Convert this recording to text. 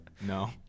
No